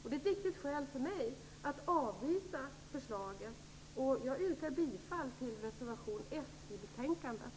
Det är ett viktigt skäl för mig att avvisa förslaget. Jag yrkar bifall till reservation 1 i betänkandet.